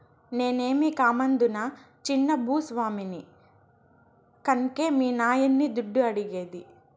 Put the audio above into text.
నేనేమీ కామందునా చిన్న భూ స్వామిని కన్కే మీ నాయన్ని దుడ్డు అడిగేది